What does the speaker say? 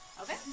Okay